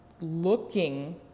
looking